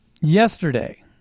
yesterday